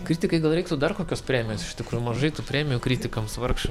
kritikai gal reiktų dar kokios premijos iš tikrų mažai tų premijų kritikams vargšam